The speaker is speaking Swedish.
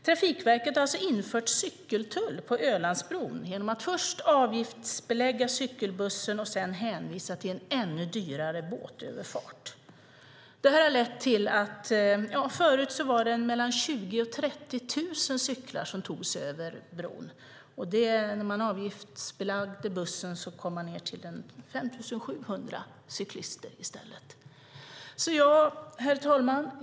Trafikverket har alltså infört cykeltull på Ölandsbron genom att först avgiftsbelägga cykelbussen och sedan hänvisa till en ännu dyrare båtöverfart. Förut var det mellan 20 000 och 30 000 cyklar som togs över bron. När man avgiftsbelade bussen kom man ned till 5 700 cyklister i stället. Fru talman!